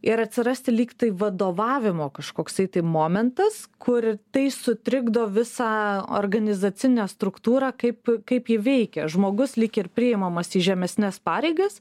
ir atsirasti lyg tai vadovavimo kažkoksai tai momentas kur tai sutrikdo visą organizacinę struktūrą kaip kaip ji veikia žmogus lyg ir priimamas į žemesnes pareigas